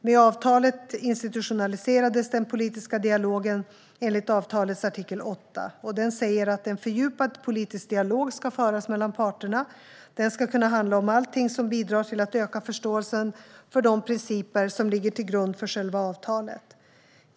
Med avtalet institutionaliserades den politiska dialogen enligt avtalets artikel 8. Den säger att en fördjupad politisk dialog ska föras mellan parterna. Den ska kunna handla om allting som bidrar till att öka förståelsen för de principer som ligger till grund för själva avtalet.